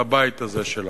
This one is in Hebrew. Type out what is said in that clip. על הבית הזה שלנו,